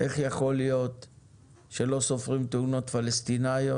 איך יכול להיות שלא סופרים תאונות פלסטינאיות,